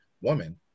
woman